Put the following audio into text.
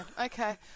Okay